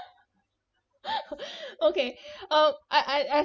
okay oh I I I